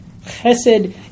chesed